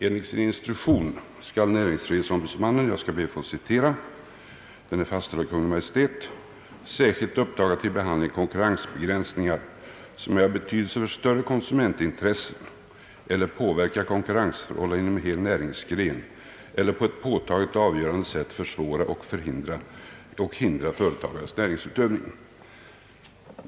Enligt instruktionen, fastställd av Kungl. Maj:t, åligger det näringsfrihetsombudsmannen »särskilt att upptaga till behandling konkurrensbegränsningar, som äro av betydelse för större konsumentintressen eller påverka konkurrensförhållanden inom en hel näringsgren eller på ett påtagligt och avgörande sätt försvåra eller hindra företagares näringsutövning».